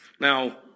Now